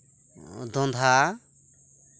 ᱫᱷᱚᱸᱫᱷᱟ